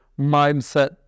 mindset